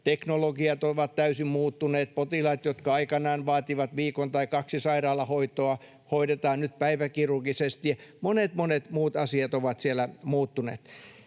Teknologiat ovat täysin muuttuneet, potilaat, jotka aikanaan vaativat viikon tai kaksi sairaalahoitoa, hoidetaan nyt päiväkirurgisesti, ja monet, monet muut asiat ovat siellä muuttuneet.